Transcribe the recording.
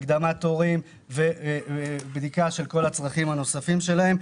הקדמת תורים ובדיקה של כל הצרכים הנוספים שלהם.